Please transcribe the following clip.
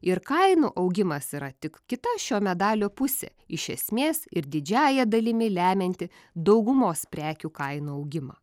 ir kainų augimas yra tik kita šio medalio pusė iš esmės ir didžiąja dalimi lemianti daugumos prekių kainų augimą